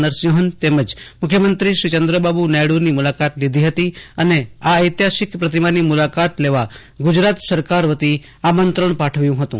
નરસિંમ્હન તેમજ મુખ્યમંત્રી શ્રી ચંદ્રબાબુ નાયડુની મુલાકાત લીધી હતી અને આ ઐતિહાસિક પ્રતિમાની મુલાકાત લેવા ગુજરાત સરકાર વતી આમંત્રજ્ઞ પાઠવ્યું હતુ